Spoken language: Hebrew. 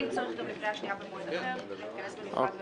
אם צריך גם לקריאה שנייה, היא תתכנס בנפרד ותחליט.